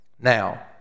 Now